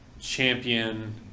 champion